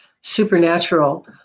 supernatural